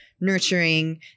nurturing